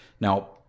Now